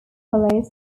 follows